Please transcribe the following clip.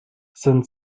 sind